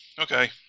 Okay